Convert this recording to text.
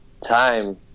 time